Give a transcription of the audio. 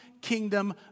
kingdom